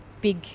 big